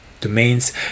domains